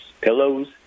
pillows